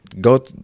go